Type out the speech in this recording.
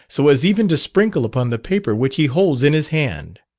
so as even to sprinkle upon the paper which he holds in his hand.